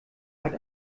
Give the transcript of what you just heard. hat